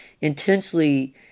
intensely